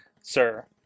sir